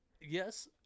Yes